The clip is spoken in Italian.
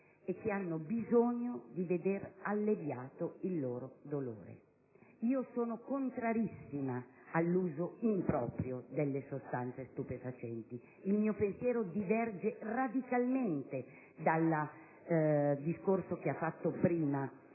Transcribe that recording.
e che hanno bisogno di vedere alleviata la propria sofferenza. Io sono contrarissima all'uso improprio delle sostanze stupefacenti; il mio pensiero diverge radicalmente dal discorso che ha fatto prima